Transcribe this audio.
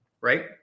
right